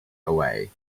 away